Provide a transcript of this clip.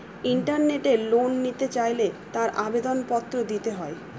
ইন্টারনেটে লোন নিতে চাইলে তার আবেদন পত্র দিতে হয়